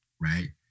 right